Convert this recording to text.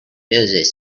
music